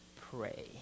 pray